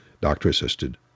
doctor-assisted